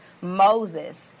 Moses